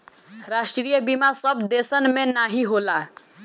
राष्ट्रीय बीमा सब देसन मे नाही होला